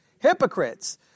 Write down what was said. hypocrites